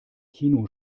kino